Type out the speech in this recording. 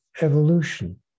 evolution